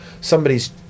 somebody's